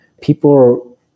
people